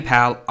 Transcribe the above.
Pal